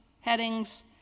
headings